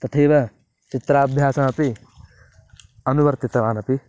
तथैव चित्राभ्यासमपि अनुवर्तितवानपि